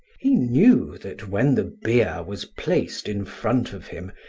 he knew that when the beer was placed in front of him,